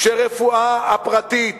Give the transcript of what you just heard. שהרפואה הפרטית